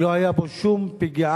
ולא היה בו שום פגיעה,